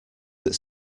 that